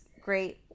great